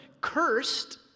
Cursed